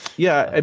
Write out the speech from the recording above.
yeah. and